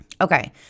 Okay